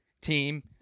team